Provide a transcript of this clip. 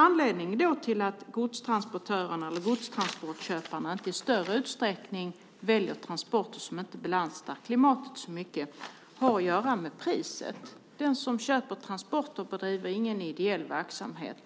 Anledningen till att godstransportköparna inte i större utsträckning väljer transporter som inte belastar klimatet så mycket har att göra med priset. Den som köper transporter bedriver ingen ideell verksamhet.